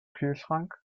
kühlschrank